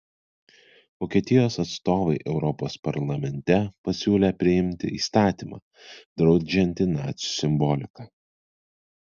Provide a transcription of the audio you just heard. vokietijos atstovai europos parlamente pasiūlė priimti įstatymą draudžiantį nacių simboliką